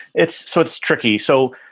it's so it's tricky. so